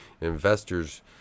investors